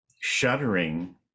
shuddering